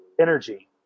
energy